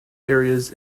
areas